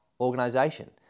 organization